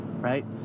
Right